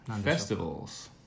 festivals